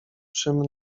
czym